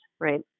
right